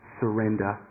surrender